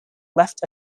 left